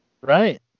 right